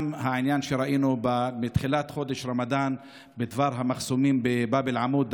גם העניין שראינו בתחילת חודש רמדאן בדבר המחסומים בבאב אל-עמוד,